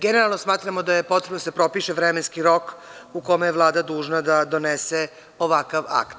Generalno smatramo da je potrebno da se propiše vremenski rok u kome je Vlada dužna da donese ovakav akt.